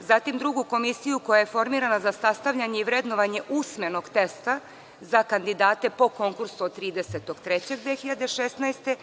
zatim drugu komisiju koja je formirana za sastavljanje i vrednovanje usmenog teksta za kandidate po konkursu od 30.